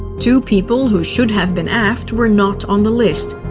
two people who should have been aft were not on the list.